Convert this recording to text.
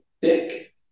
thick